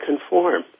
conform